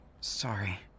Sorry